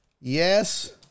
Yes